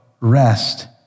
rest